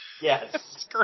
Yes